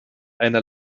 einer